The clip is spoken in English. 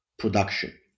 Production